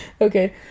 Okay